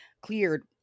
cleared